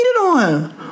on